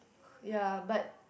ya but